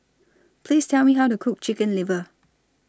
Please Tell Me How to Cook Chicken Liver